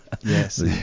Yes